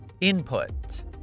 Input